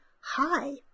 hi